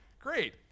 great